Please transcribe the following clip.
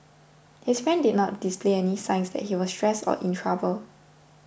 his friend did not display any signs that he was stressed or in trouble